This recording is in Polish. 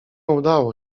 udało